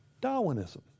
Darwinism